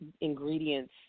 ingredients